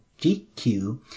GQ